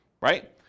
right